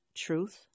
truth